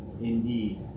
indeed